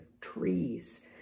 trees